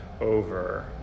over